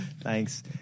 thanks